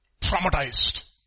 Traumatized